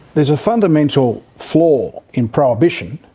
there's a fundamental flaw in prohibition,